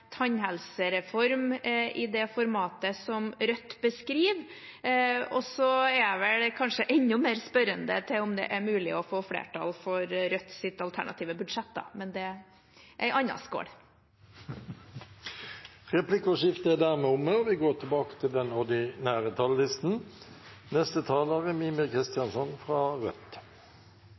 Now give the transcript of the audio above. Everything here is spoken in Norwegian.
tannhelsereform i det formatet som Rødt beskriver. Og så er jeg vel kanskje enda mer spørrende til om det er mulig å få flertall for Rødts alternative budsjett, men det er en annen skål. Replikkordskiftet er omme.